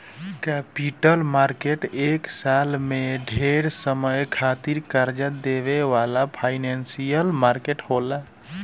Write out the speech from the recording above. capital market एक साल से ढेर समय खातिर कर्जा देवे वाला फाइनेंशियल मार्केट होला